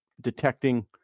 detecting